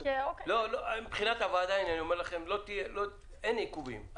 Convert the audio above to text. מבחינת הוועדה אין עיכובים.